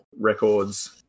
records